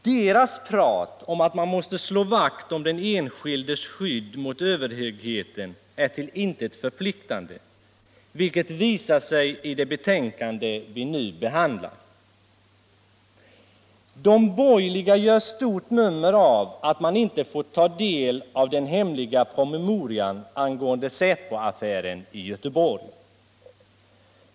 Deras prat om att man måste slå vakt om den enskildes skydd mot överheten är till intet förpliktigande, vilket visar sig i det betänkande som vi nu behandlar. De borgerliga gör ett stort nummer av att man inte fått ta del av den hemliga promemorian angående säpoaffären i Göteborg.